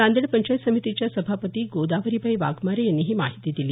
नांदेड पंचायत समितीच्या सभापती गोदावरीबाई वाघमारे यांनी ही माहिती दिली